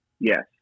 yes